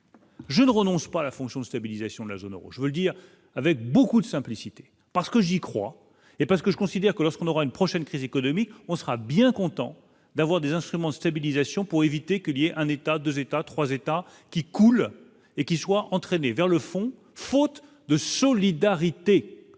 je ne renonce pas à la fonction de stabilisation de la zone Euro, je veux le dire avec beaucoup de simplicité parce que j'y crois et parce que je considère que lorsqu'on aura une prochaine crise économique, on sera bien content d'avoir des instruments stabilisation pour éviter que lié un état 2 états 3 États qui coule et qui soit entraînés vers le fond, faute de solidarité